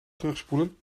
terugspoelen